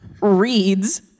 reads